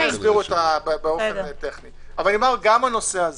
גם הנושא הזה,